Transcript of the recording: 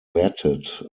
batted